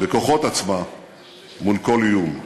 בכוחות עצמה מול כל איום.